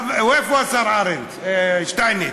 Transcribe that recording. איפה השר שטייניץ?